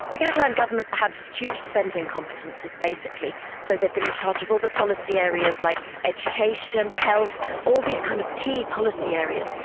but catalan government had huge spending competencies basically, so they've been in charge of all policy areas like education, health, all these kind of key policy areas.